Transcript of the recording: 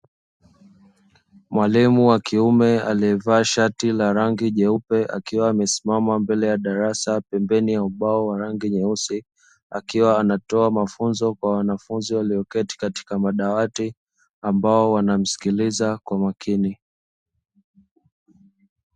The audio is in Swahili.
Mwalimu wa kiume aliyevaa shati la rangi jeupe akiwa amesimama mbele ya darasa pembeni ya ubao wa rangi nyeusi, akiwa anatoa mafunzo kwa wanafunzi walioketi katika madawati ambao wanamsikiliza kwa makini